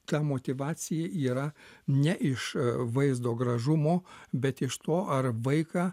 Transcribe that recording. ta motyvacija yra ne iš vaizdo gražumo bet iš to ar vaiką